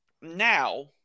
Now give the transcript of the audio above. now